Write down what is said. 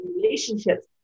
relationships